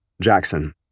Jackson